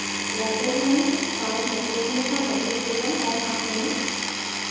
Airtel মানিত short মেছেজসমূহৰ notification on আছেনে